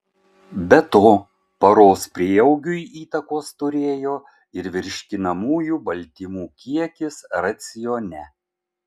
be to paros prieaugiui įtakos turėjo ir virškinamųjų baltymų kiekis racione